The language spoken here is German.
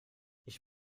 ich